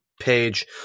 page